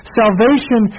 salvation